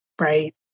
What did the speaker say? Right